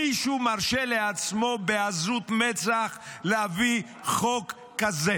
מישהו מרשה לעצמו בעזות מצח להביא חוק כזה.